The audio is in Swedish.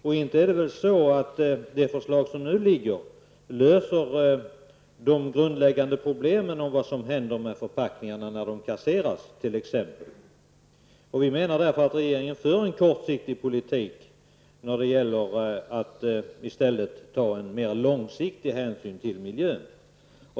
Det förslag som nu föreligger löser väl inte de grundläggande problemen, t.ex. när det gäller vad som händer med förpackningarna när de kasseras. Vi menar därför att regeringen för en kortsiktig politik i stället för att ta mera långsiktiga hänsyn till miljön.